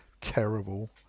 terrible